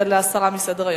להסרה מסדר-היום.